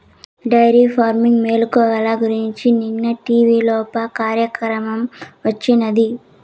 dairy farming మెలుకువల గురించి నిన్న టీవీలోప కార్యక్రమం వచ్చినాది